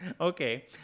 Okay